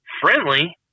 friendly